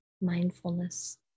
mindfulness